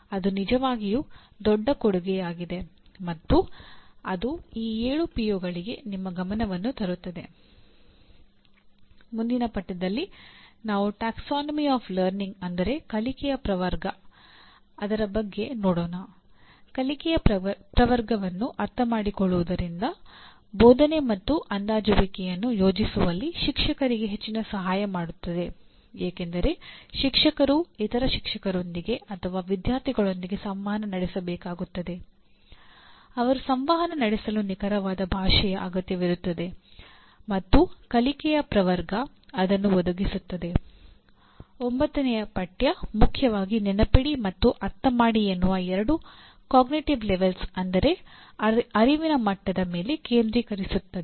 ಅದು ನಿಜವಾಗಿಯೂ ದೊಡ್ಡ ಕೊಡುಗೆಯಾಗಿದೆ ಮತ್ತು ಅದು ಈ 7 ಪಿಒಗಳಿಗೆ ನಿಮ್ಮ ಗಮನವನ್ನು ತರುತ್ತದೆ ಮುಂದಿನ ಪಠ್ಯದಲ್ಲಿ ನಾವು ಟ್ಯಾಕ್ಸಾನಮಿ ಆಫ್ ಲರ್ನಿಂಗ್ ಮೇಲೆ ಕೇಂದ್ರೀಕರಿಸುತ್ತದೆ